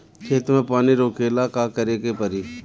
खेत मे पानी रोकेला का करे के परी?